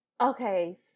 okay